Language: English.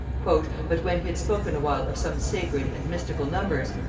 but when he had spoken awhile of some sacred and mystical numbers,